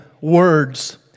words